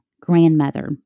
grandmother